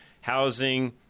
housing